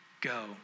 go